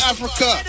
Africa